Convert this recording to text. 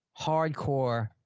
hardcore